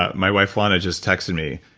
my wife lana just texted me.